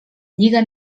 lliga